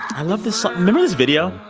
i love this song remember this video?